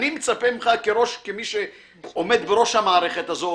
אני מצפה ממך כמי שעומד בראש המערכת הזאת,